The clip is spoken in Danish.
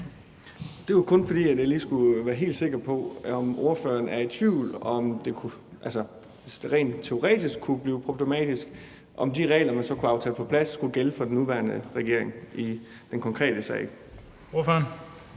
Det er kun, fordi jeg lige skal være helt sikker på, om det rent teoretisk kunne blive problematisk, at de regler, man så kunne forhandle på plads, skulle gælde for den nuværende regering i den konkrete sag. Kl.